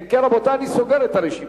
אם כן, רבותי, אני סוגר את הרשימה.